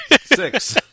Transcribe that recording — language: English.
Six